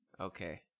Okay